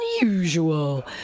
unusual